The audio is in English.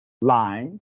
line